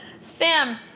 Sam